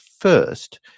first